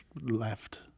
left